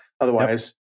Otherwise